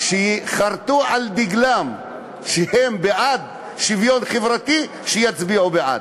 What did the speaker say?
שחרתו על דגלם שוויון חברתי שיצביעו בעד.